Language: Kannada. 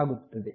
ಆಗುತ್ತದೆ